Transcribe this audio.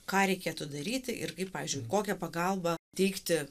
ką reikėtų daryti ir kaip pavyzdžiui kokią pagalbą teikti